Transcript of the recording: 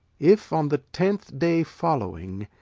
if, on the tenth day following,